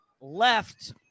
left